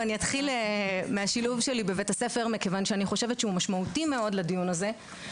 אתחיל מהשילוב שלי בבית הספר כי אני חושבת שהוא משמעותי מאוד לדיון הזה.